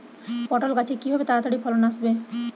পটল গাছে কিভাবে তাড়াতাড়ি ফলন আসবে?